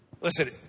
Listen